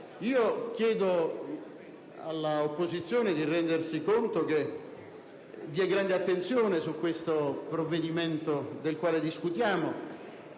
Chiedo all'opposizione di rendersi conto che vi è grande attenzione sul provvedimento di cui discutiamo.